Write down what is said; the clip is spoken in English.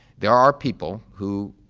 there are people who,